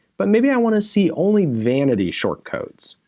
but maybe i wanna see only vanity short codes.